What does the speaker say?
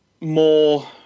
more